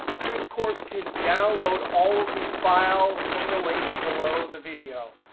you, of course, can download all of these files from the links below the video.